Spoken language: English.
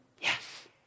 Yes